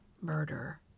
murder